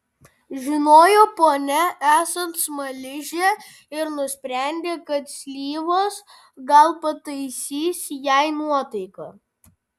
žinojo ponią esant smaližę ir nusprendė kad slyvos gal pataisys jai nuotaiką